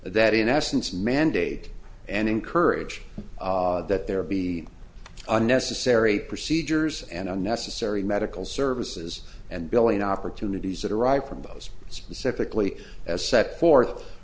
that in essence mandate and encourage that there be unnecessary procedures and unnecessary medical services and billing opportunities that arrive from those specifically as set forth